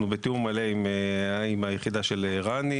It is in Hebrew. אנחנו בתיאום מלא עם היחידה של רני,